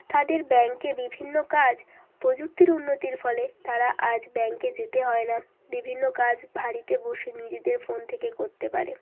তাদের ব্যাংকে বিভিন্ন কাজ প্রযুক্তির উন্নতির ফলে তারা আজ ব্যাংকে যেতে হয় না বিভিন্ন কাজ বাড়িতে বসে নিজেদের ফোন থেকে করতে পারে